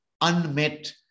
unmet